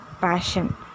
passion